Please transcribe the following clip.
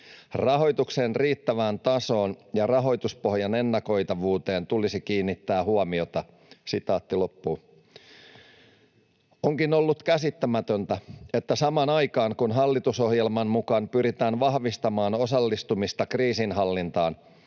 Rahoituksen riittävään tasoon ja rahoituspohjan ennakoitavuuteen tulisi kiinnittää huomiota.” Onkin ollut käsittämätöntä, että samaan aikaan kun hallitusohjelman mukaan pyritään vahvistamaan osallistumista kriisinhallintaan,